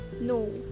no